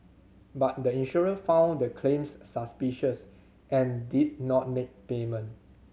but the insurer found the claims suspicious and did not make payment